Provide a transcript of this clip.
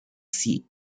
seat